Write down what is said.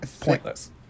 pointless